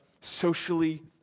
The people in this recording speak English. socially